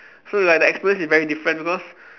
so like the experience is very different because